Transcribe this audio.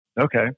Okay